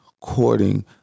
courting